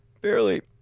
Barely